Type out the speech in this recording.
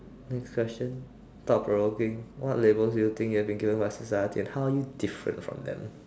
next question thought provoking what labels do you think you have been given by society and how are you different from them